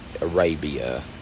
Arabia